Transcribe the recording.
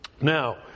Now